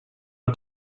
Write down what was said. nur